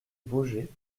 baugé